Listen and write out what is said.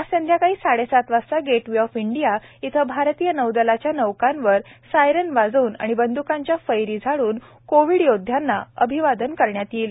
आज संध्याकाळी साडे सात वाजता गेटवे ऑफ इंडिया इथं भारतीय नौदलाच्या नौकांवर सायरन वाजवून आणि बंद्कांच्या फैरी झाडून कोविड योद्ध्यांना अभिवादन करण्यात येईल